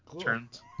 turns